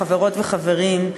חברות וחברים,